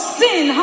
sin